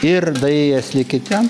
ir daėjęs ligi ten